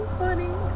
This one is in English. funny